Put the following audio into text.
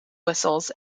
whistles